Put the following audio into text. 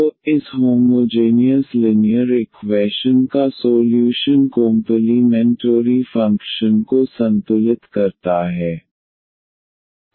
तो इस homogeneous linear equation का सोल्यूशन कोंपलीमेंटोरी फंक्शन को संतुलित करता है